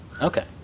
Okay